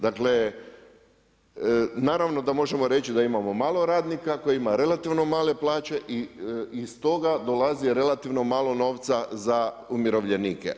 Dakle, naravno da možemo reći da ima malo radnika koji ima relativno male plaće i stoga dolazi relativno malo novca za umirovljenike.